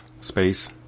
space